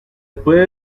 puede